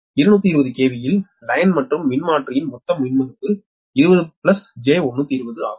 220 KV இல் வரி மற்றும் மின்மாற்றியின் மொத்த மின்மறுப்பு 20 j120 is ஆகும்